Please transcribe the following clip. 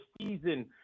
season